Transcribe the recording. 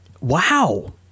wow